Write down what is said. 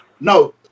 no